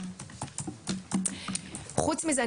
חוץ מזה,